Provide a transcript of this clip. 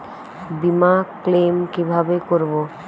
বিমা ক্লেম কিভাবে করব?